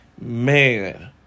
Man